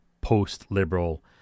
post-liberal